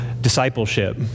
discipleship